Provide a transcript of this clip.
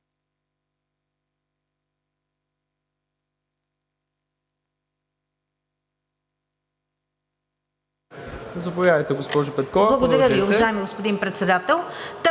Благодаря Ви, уважаеми господин Председател.